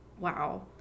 Wow